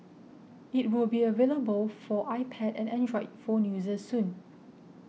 it will be available for iPad and Android phone users soon